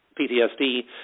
PTSD